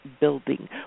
building